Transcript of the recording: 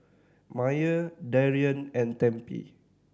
Myer Darian and Tempie